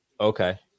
Okay